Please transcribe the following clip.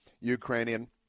Ukrainian